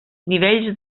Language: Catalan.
nivells